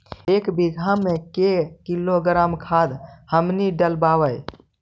एक बीघा मे के किलोग्राम खाद हमनि डालबाय?